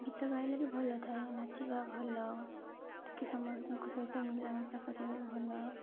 ଗୀତ ଗାଇଲେ ବି ଭଲ ଥାଏ ନାଚିବା ଭଲ ଟିକେ ସମସ୍ତଙ୍କ ସହିତ ମିଳାମିଶା କରିବାକୁ ଭଲ